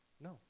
No